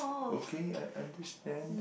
okay I understand